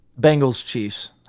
Bengals-Chiefs